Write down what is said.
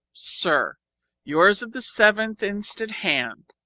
sir yours of the seventh inst. at hand.